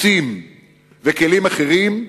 מסים וכלים אחרים,